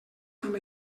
amb